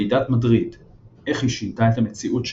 וועידת מדריד – איך היא שינתה את המציאות שלנו,